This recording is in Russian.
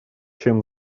чем